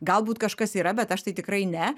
galbūt kažkas yra bet aš tai tikrai ne